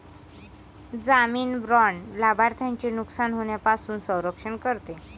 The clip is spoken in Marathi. जामीन बाँड लाभार्थ्याचे नुकसान होण्यापासून संरक्षण करते